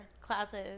classes